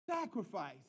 sacrifice